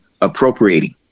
appropriating